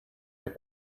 have